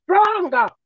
Stronger